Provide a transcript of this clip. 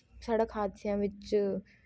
ਸੜਕ ਹਾਦਸਿਆਂ ਵਿੱਚ